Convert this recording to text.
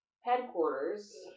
Headquarters